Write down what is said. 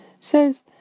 says